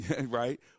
right